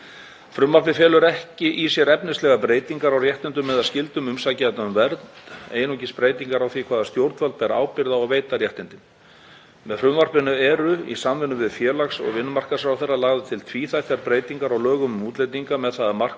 Frumvarpið felur ekki í sér efnislegar breytingar á réttindum eða skyldum umsækjenda um vernd, einungis breytingar á því hvaða stjórnvöld bera ábyrgð á að veita réttindin. Með frumvarpinu eru, í samvinnu við félags- og vinnumarkaðsráðherra, lagðar til tvíþættar breytingar á lögum um útlendinga með það að markmiði